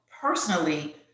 personally